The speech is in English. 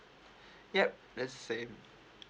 yup let's say